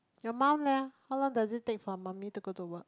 your mom leh how long does it take for mummy to go to work